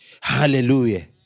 Hallelujah